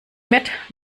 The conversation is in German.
mit